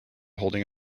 holding